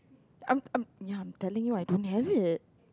I'm I'm ya I'm telling you I don't have it